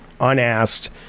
unasked